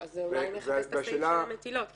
אולי נחפש את הסעיף של המטילות,